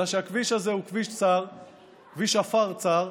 אלא שהכביש הזה הוא כביש עפר צר,